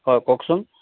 হয় কওকচোন